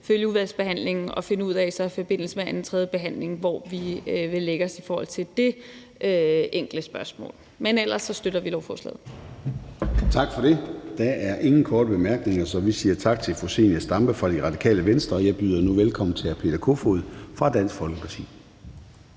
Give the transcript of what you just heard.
følge udvalgsbehandlingen og finde ud af i forbindelse med anden- og tredjebehandlingen, hvor vi vil lægge os i forhold til det enkelte spørgsmål. Men ellers støtter vi lovforslaget. Kl. 15:15 Formanden (Søren Gade): Tak for det. Der er ingen korte bemærkninger, så vi siger tak til fru Zenia Stampe fra Radikale Venstre. Jeg byder nu velkommen til hr. Peter Kofod fra Dansk Folkeparti.